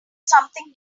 something